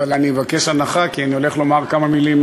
אבל אני אבקש הנחה כי אני הולך לומר כמה מילים,